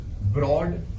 broad